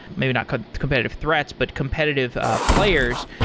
maybe not competitive threats, but competitive players.